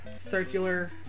circular